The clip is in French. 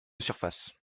surface